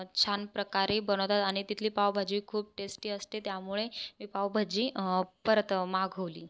छानप्रकारे बनवतात आणि तिथली पावभाजी खूप टेस्टी असते त्यामुळे मी पावभाजी परत मागवली